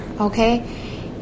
okay